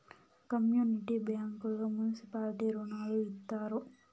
community బ్యాంకుల్లో municipality రుణాలు ఇత్తారు